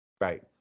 Right